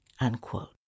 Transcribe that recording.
unquote